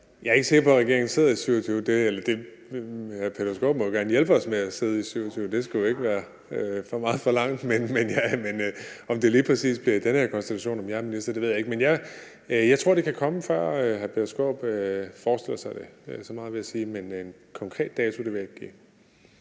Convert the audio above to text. at regeringen sidder i 2027, men hr. Peter Skaarup må jo gerne hjælpe os med at sidde i 2027, det skulle jo ikke være for meget forlangt. Men om det lige præcis bliver i den her konstellation, og om jeg er minister, ved jeg ikke. Men jeg tror, det kan komme, før hr. Peter Skaarup forestiller sig det. Så meget vil jeg sige, men en konkret dato vil jeg ikke give.